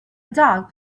dog